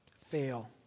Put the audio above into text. fail